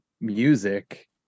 music